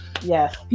Yes